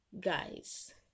Guys